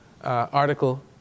article